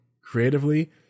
creatively